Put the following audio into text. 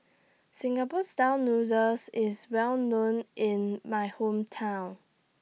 Singapore Style Noodles IS Well known in My Hometown